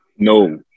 No